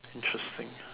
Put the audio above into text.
interesting ya